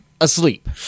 asleep